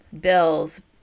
bills